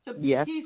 Yes